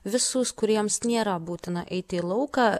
visus kuriems nėra būtina eiti į lauką